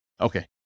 Okay